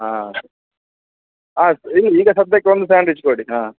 ಹಾಂ ಹಾಂ ಇಲ್ಲಿ ಈಗ ಸದ್ಯಕ್ಕೆ ಒಂದು ಸ್ಯಾಂಡ್ವಿಚ್ ಕೊಡಿ ಹಾಂ